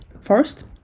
first